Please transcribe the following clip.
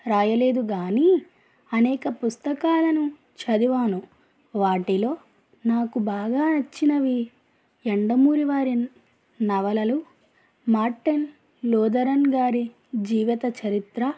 వ్రాయలేదు కానీ అనేక పుస్తకాలను చదివాను వాటిలో నాకు బాగా నచ్చినవి యండమూరి వారి నవలలు మార్టిన్ లూథరన్గారి జీవిత చరిత్ర